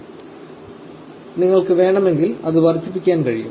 തീർച്ചയായും നിങ്ങൾക്ക് വേണമെങ്കിൽ അത് വർദ്ധിപ്പിക്കാൻ കഴിയും